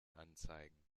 anzeigen